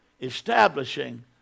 Establishing